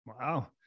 Wow